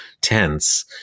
tense